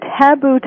taboo